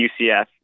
UCF